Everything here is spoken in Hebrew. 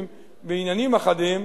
בעניינים אחדים,